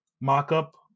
mock-up